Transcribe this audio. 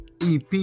EP